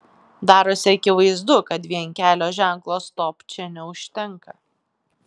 darosi akivaizdu kad vien kelio ženklo stop čia neužtenka